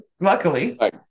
luckily